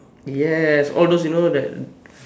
yes all those you know that